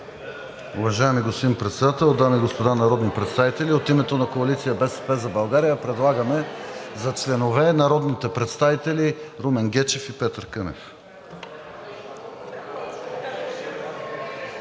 Уважаеми господин Председател, дами и господа народни представители! От името на Коалиция „БСП за България“ предлагаме за членове народните представители Румен Гечев и Петър Кънев.